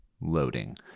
loading